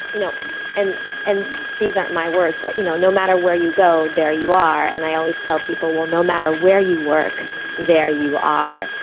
you know and and these aren't my words, but you know no matter where you go, there you are. and i always tell people, well no matter where you work there you are.